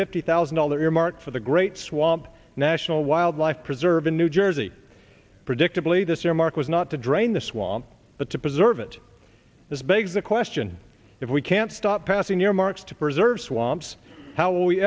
fifty thousand dollar earmarked for the great swamp national wildlife preserve in new jersey predictably this remark was not to drain the swamp but to preserve it this begs the question if we can stop passing earmarks to preserve swamps how will we